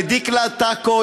לדקלה טקו,